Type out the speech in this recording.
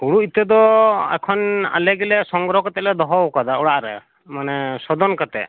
ᱦᱩᱲᱩ ᱤᱛᱟᱹ ᱫᱚ ᱮᱠᱷᱚᱱ ᱟᱞᱮ ᱜᱮᱞᱮ ᱥᱚᱝᱜᱨᱚᱦᱚ ᱠᱟᱛᱮᱫ ᱞᱮ ᱫᱚᱦᱚᱣ ᱠᱟᱫᱟ ᱚᱲᱟᱜ ᱨᱮ ᱢᱟᱱᱮ ᱥᱳᱫᱷᱚᱱ ᱠᱟᱛᱮᱫ